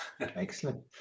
Excellent